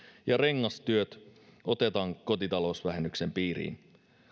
ja rengastyöt otetaan kotitalousvähennyksen piiriin